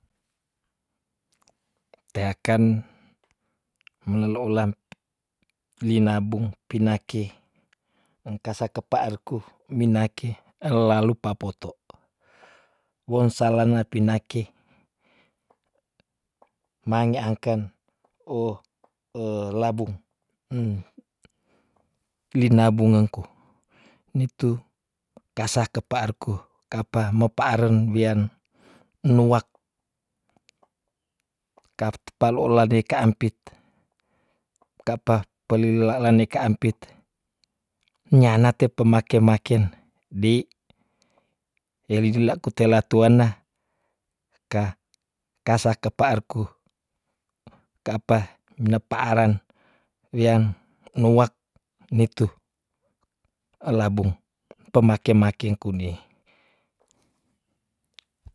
Teaken, mengelouan linabung pinake engkasa kepaarku minake ellalupapoto, wongsalana pinake, mangeangken oh labung linabungengku nitu kasah kepaarku ka apa mepaaren wian nuak, ka apa loola dekaampit ka apa pelilalanne kaampit nyanate pemake maken dei, ellilaku tela tuanna ka- kasah kepaarku ka apa nepaaren wian nuak nitu elabung pemake makeng kunne.